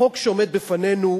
החוק שעומד בפנינו,